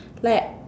like